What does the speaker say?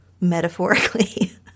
metaphorically